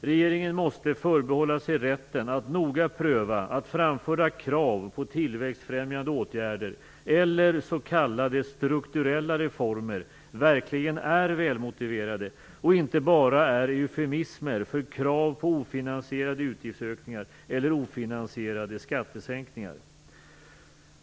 Regeringen måste förbehålla sig rätten att noga pröva att framförda krav på tillväxtfrämjande åtgärder eller s.k. strukturella reformer verkligen är välmotiverade och inte bara är eufemismer för krav på ofinansierade utgiftsökningar eller ofinansierade skattesänkningar.